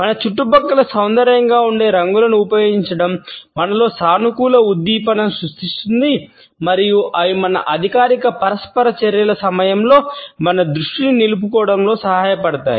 మన చుట్టుపక్కల సౌందర్యంగా ఉండే రంగులను ఉపయోగించడం మనలో సానుకూల ఉద్దీపనను సృష్టిస్తుంది మరియు అవి మన అధికారిక పరస్పర చర్యల సమయంలో మన దృష్టిని నిలుపుకోవడంలో సహాయపడతాయి